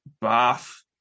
bath